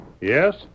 Yes